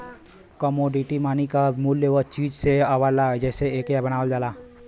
commodity money क मूल्य उ चीज से आवला जेसे एके बनावल जाला